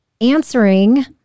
answering